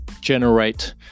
generate